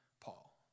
Paul